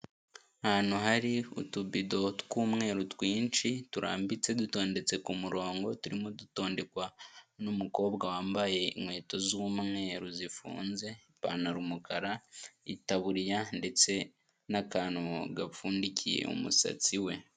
Ahantu hari utubido tw'uumweru twinshi turambitse dutondetse ku murongo, turimo dutondekwa n'umukobwa wambaye inkweto z'umweru zifunze, ipantaro umukara, itaburiya ndetse n'akantu gapfundikiye umusatsi we.